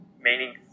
meaning